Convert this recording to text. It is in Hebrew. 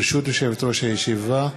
ברשות יושבת-ראש הישיבה,